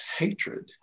hatred